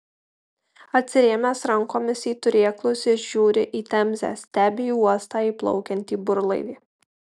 atsirėmęs rankomis į turėklus jis žiūri į temzę stebi į uostą įplaukiantį burlaivį